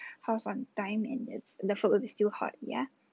house on time and it's the food will be still hot ya